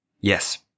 Yes